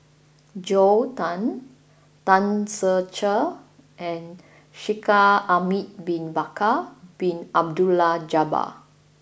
Joel Tan Tan Ser Cher and Shaikh Ahmad bin Bakar Bin Abdullah Jabbar